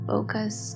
Focus